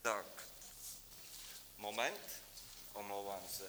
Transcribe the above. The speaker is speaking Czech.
Tak moment, omlouvám se.